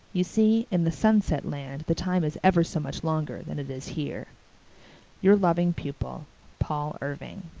you see, in the sunset land the time is ever so much longer than it is here your loving pupil paul irving